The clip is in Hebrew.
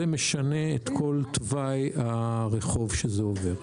זה משנה את כל תוואי הרחוב שזה עובר.